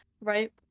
Right